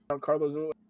Carlos